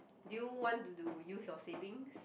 do you want to do use your savings